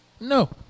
No